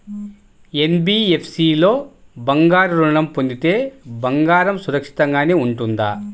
NBFC లో బంగారు ఋణం పొందితే బంగారం సురక్షితంగానే ఉంటుందా?